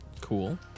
Cool